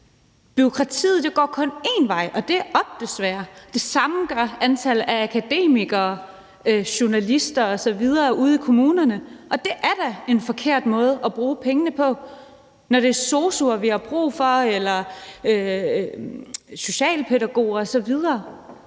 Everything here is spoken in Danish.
Bureaukratiseringen går kun en vej, og det er desværre op, og det samme gør antallet af akademikere, journalister osv. ude i kommunerne. Og det er da en forkert måde at bruge pengene på, når det er sosu'er, socialpædagoger osv.,